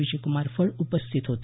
विजयक्रमार फड उपस्थित होते